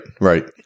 right